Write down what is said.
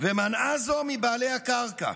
ומנעה זאת מבעלי הקרקע.